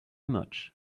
much